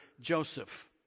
Joseph